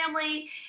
family